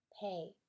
Pay